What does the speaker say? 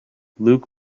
luke